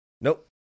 Nope